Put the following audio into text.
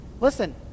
Listen